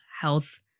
health